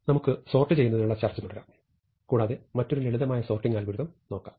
നമുക്ക് സോർട്ട് ചെയ്യൂന്നതിനുള്ള ചർച്ച തുടരാം കൂടാതെ മറ്റൊരു ലളിതമായ സോർട്ടിംഗ് അൽഗോരിതം നോക്കാം